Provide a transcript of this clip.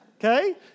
Okay